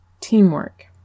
teamwork